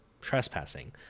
trespassing